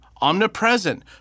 omnipresent